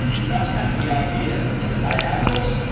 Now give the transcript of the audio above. so that's kind of the idea. it's diagonals,